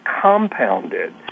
compounded